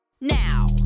now